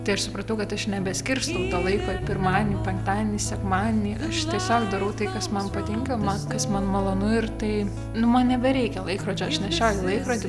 tai aš supratau kad aš nebeskirstau to laiko į pirmadienį penktadienį sekmadienį aš tiesiog darau tai kas man patinka kas man malonu ir tai man nebereikia laikrodžio aš nešioju laikrodį